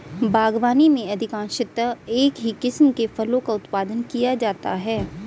बागवानी में अधिकांशतः एक ही किस्म के फलों का उत्पादन किया जाता है